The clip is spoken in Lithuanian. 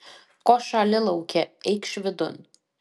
ko šąli lauke eikš vidun